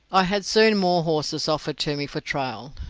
i had soon more horses offered to me for trial,